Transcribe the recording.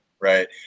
right